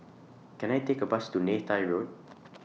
Can I Take A Bus to Neythai Road